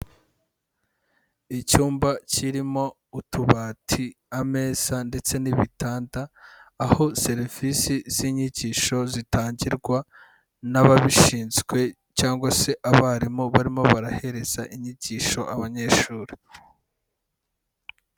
Icyumba kirimo utubati, ameza ndetse n'ibitanda, aho serivisi z'inyigisho zitangirwa n'ababishinzwe cyangwa se abarimu barimo barahereza inyigisho abanyeshuri.